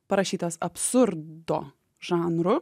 parašytas absurdo žanru